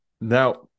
now